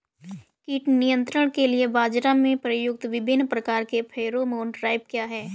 कीट नियंत्रण के लिए बाजरा में प्रयुक्त विभिन्न प्रकार के फेरोमोन ट्रैप क्या है?